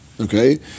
Okay